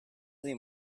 dai